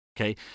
Okay